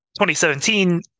2017